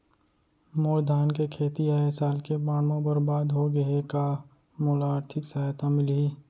मोर धान के खेती ह ए साल के बाढ़ म बरबाद हो गे हे का मोला आर्थिक सहायता मिलही?